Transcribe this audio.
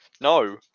No